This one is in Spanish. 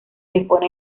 dispone